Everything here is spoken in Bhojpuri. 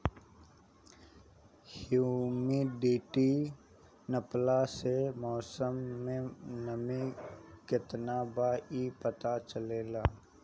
हुमिडिटी नापला से मौसम में नमी केतना बा इ पता चलेला